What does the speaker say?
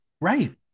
Right